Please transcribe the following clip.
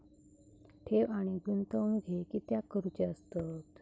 ठेव आणि गुंतवणूक हे कित्याक करुचे असतत?